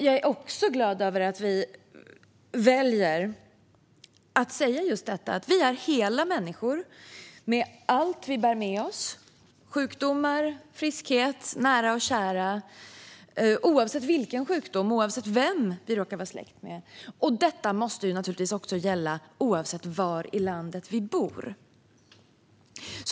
Jag är också glad över att vi väljer att säga just att vi är hela människor, med allt vi bär med oss i form av sjukdomar, friskhet och nära och kära, oavsett vilken sjukdom det gäller och oavsett vem vi råkar vara släkt med. Detta måste naturligtvis också gälla oavsett var i landet vi bor.